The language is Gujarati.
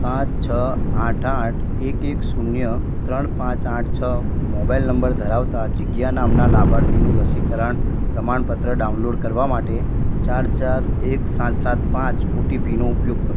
સાત છ આઠ આઠ એક એક શૂન્ય ત્રણ પાંચ આઠ છ મોબાઈલ નંબર ધરાવતાં જીજ્ઞા નામનાં લાભાર્થીનું રસીકરણ પ્રમાણપત્ર ડાઉનલોડ કરવા માટે ચાર ચાર એક સાત સાત પાંચ ઓ ટી પીનો ઉપયોગ કરો